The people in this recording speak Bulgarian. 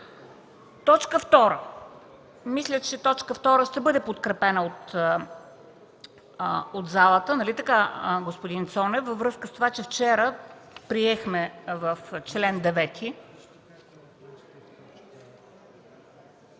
Точка 2 – мисля, че т. 2 ще бъде подкрепена от залата. Нали така, господин Цонев, във връзка с това, че вчера приехме в чл.